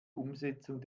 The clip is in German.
umsetzung